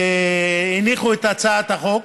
שהניחו את הצעת החוק